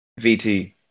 VT